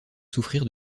souffrir